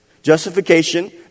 Justification